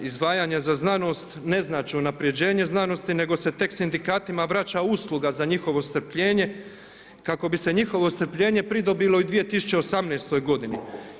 Izdvajanje za znanosti ne znači unapređenje znanosti nego se tek sindikatima vraća usluga za njihovo strpljenje kako bi se njihovo strpljenje pridobili i 2018. godine.